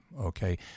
okay